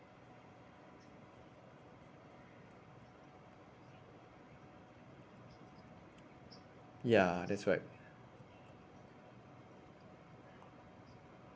ya that's right